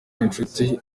inshuti